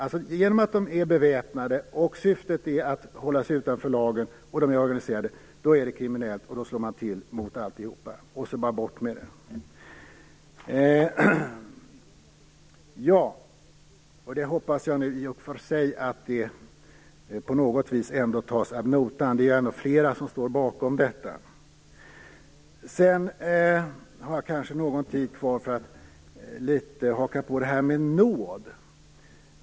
I och med att de är beväpnade, syftet är att hålla sig utanför lagen och de är organiserade är det kriminellt, och då slår man till mot alltihop - bort med det, bara! Jag hoppas nu att detta på något vis ändå tas ad notam. Det är ju ändå flera som står bakom detta. Sedan har jag kanske någon tid kvar för att litet grand haka på det här med nåd.